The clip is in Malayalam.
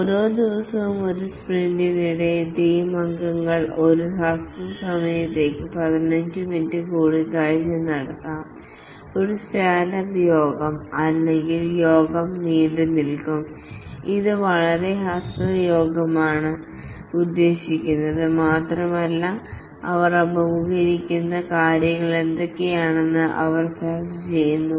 ഓരോ ദിവസവും ഒരു സ്പ്രിന്റിനിടെ ടീം അംഗങ്ങൾ ഒരു ഹ്രസ്വ സമയത്തേക്ക് 15 മിനിറ്റ് കൂടിക്കാഴ്ച നടത്താം ഒരു സ്റ്റാൻഡ് അപ്പ് യോഗം അല്ലെങ്കിൽ യോഗം നീണ്ടുനിൽക്കും ഇത് വളരെ ഹ്രസ്വമായ യോഗമാണ് ഉദ്ദേശിക്കുന്നത് മാത്രമല്ല അവർ അഭിമുഖീകരിക്കുന്ന കാര്യങ്ങൾ എന്തൊക്കെയാണെന്ന് അവർ ചർച്ച ചെയ്യുന്നു